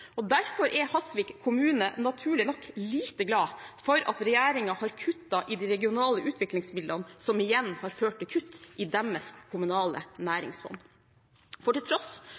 og derfor er Hasvik kommune naturlig nok lite glad for at regjeringen har kuttet i de regionale utviklingsmidlene, som igjen har ført til kutt i deres kommunale næringsfond. For til tross